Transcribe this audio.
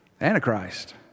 antichrist